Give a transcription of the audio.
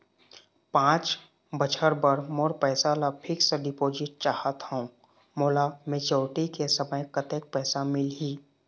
पांच बछर बर मोर पैसा ला फिक्स डिपोजिट चाहत हंव, मोला मैच्योरिटी के समय कतेक पैसा मिल ही?